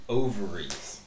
ovaries